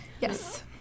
Yes